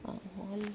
all